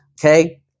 Okay